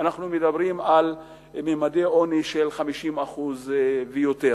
אנחנו מדברים על ממדי עוני של 50% ויותר.